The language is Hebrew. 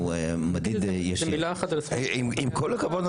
עם כל הכבוד,